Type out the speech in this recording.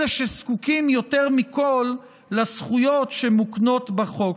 אלה שזקוקים יותר מכול לזכויות שמוקנות בחוק.